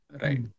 right